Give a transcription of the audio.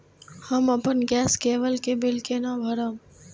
हम अपन गैस केवल के बिल केना भरब?